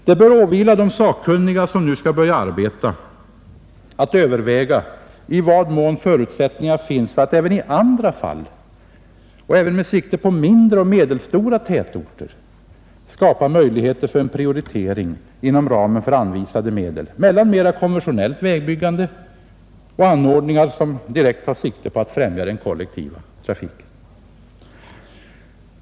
Det bör åvila de sakkunniga som nu skall börja arbeta att överväga i vad mån förutsättningar finns för att även i andra fall och även med sikte på mindre och medelstora tätorter skapa möjligheter för en prioritering inom ramen för anvisade medel mellan mer konventionellt vägbyggande och anordningar som direkt tar sikte på att främja den kollektiva trafiken.